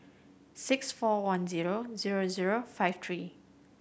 six four one zero zero zero five three